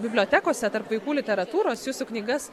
bibliotekose tarp vaikų literatūros jūsų knygas